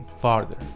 farther